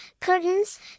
curtains